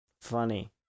Funny